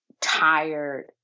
tired